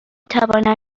توانم